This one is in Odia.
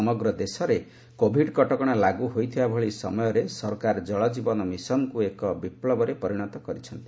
ସମଗ୍ର ଦେଶରେ କୋଭିଡ୍ କଟକଣା ଲାଗୁ ହୋଇଥିବା ଭଳି ସମୟରେ ସରକାର ଜଳକୀବନ ମିଶନକୁ ଏକ ବିପ୍ଲବରେ ପରିଣତ କରିଛନ୍ତି